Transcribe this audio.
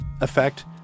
effect